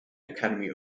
academy